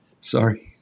Sorry